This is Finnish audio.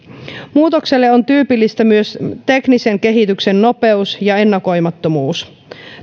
muutokselle on tyypillistä myös teknisen kehityksen nopeus ja ennakoimattomuus